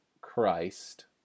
Christ